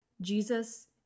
Jesus